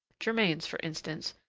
germain's for instance,